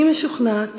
אני משוכנעת